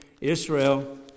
Israel